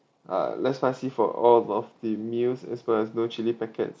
uh less spicy for all of of the meals as well no chilli packets